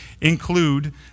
include